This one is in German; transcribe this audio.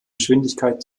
geschwindigkeit